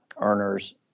earners